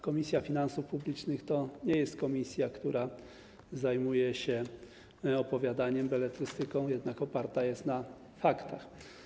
Komisja Finansów Publicznych to nie jest komisja, która zajmuje się opowiadaniem, beletrystyką, jej praca oparta jest jednak na faktach.